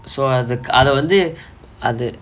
so அதுக்கு அது வந்து அது:athukku athu vanthu athu